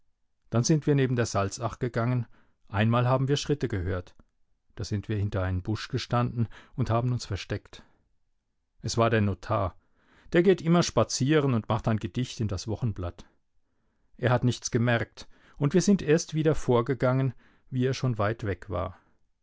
dann sind wir neben der salzach gegangen einmal haben wir schritte gehört da sind wir hinter einen busch gestanden und haben uns versteckt es war der notar der geht immer spazieren und macht ein gedicht in das wochenblatt er hat nichts gemerkt und wir sind erst wieder vorgegangen wie er schon weit weg war